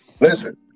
Listen